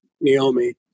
Naomi